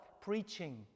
Preaching